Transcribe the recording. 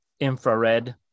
infrared